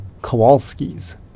Kowalskis